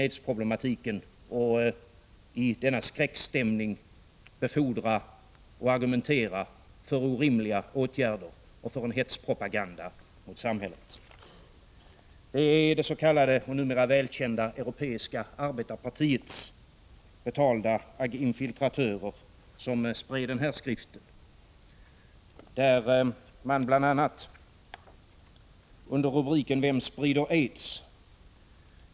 aidsproblematiken och i denna skräckstämning argumentera för orimliga åtgärder och föra en hetspropaganda mot samhället. Det är det s.k. — och 17 numera välkända — Europeiska arbetarpartiets betalda infiltratörer som sprider den här skriften som jag nu visar upp, där man bl.a. under rubriken Vem sprider aids?